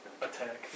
attack